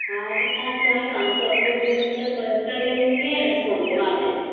हाँ तो पाँच हुए तो हम सबको जोड़ कर पैसा ले लेंगे फिन घुमा देंगे